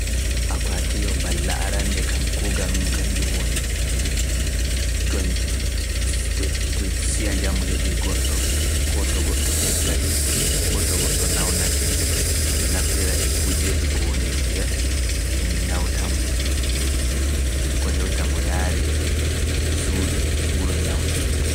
Akwaati mballa arannde kam kuugal mum kanjum woni, to siya njamu heɓii goɗɗo, koo to goɗɗo feggake, koo to goɗɗo nawnake, ɗum naftira e kujeeji ko woni to nder, ɗum ñawta mo, ko hewta mo yaari suudu wuro ñawndiingu.